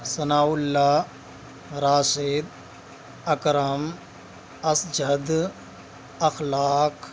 Sana Allah Rashid Akram Asjad Akhlaq